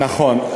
נכון.